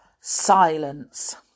Silence